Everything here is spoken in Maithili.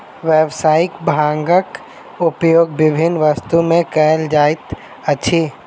व्यावसायिक भांगक उपयोग विभिन्न वस्तु में कयल जाइत अछि